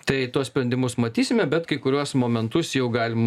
tai tuos sprendimus matysime bet kai kuriuos momentus jau galim